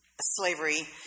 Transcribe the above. Slavery